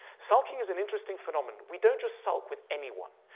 sulking is an interesting phenomenon. we don't just sulk with anyone.